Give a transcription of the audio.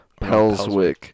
Pelswick